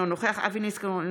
אינו נוכח אבי ניסנקורן,